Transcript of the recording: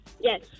Yes